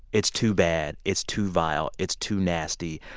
it's too bad. it's too vile. it's too nasty.